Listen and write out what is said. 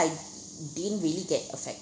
I didn't really get affected